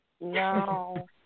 No